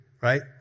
right